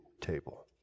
table